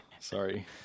Sorry